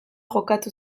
jokatu